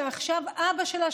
שעכשיו אבא שלה,